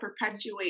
perpetuate